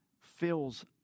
fills